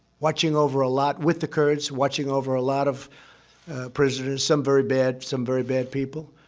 watching over a lot with the kurds watching over a lot of prisoners. some very bad some very bad people.